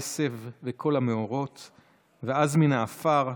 העשב וכל המאורות / ואז מן העפר,